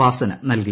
വാസന് നൽകി